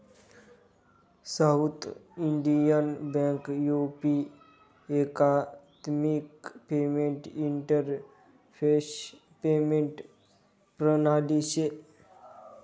south Indian Bank U एकात्मिक payment interface payment प्रणाली शे